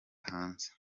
hanze